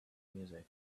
music